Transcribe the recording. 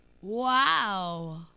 Wow